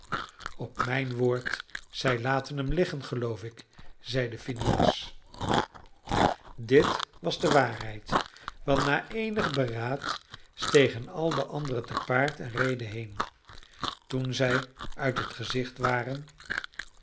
op mijn woord zij laten hem liggen geloof ik zeide phineas dit was de waarheid want na eenig beraad stegen al de anderen te paard en reden heen toen zij uit het gezicht waren